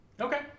Okay